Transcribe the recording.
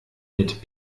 mit